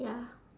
ya